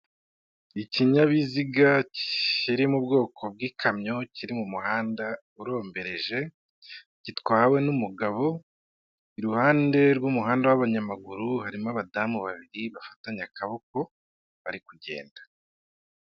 Ikinyabiziga kiri mu bwoko bw'ikamyo, kiri mu muhanda urombereje gitwawe n'umugabo, iruhande rw'umuhanda w'abanyamaguru harimo abadamu babiri bafatanye akaboko, bari kugenda.